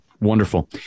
wonderful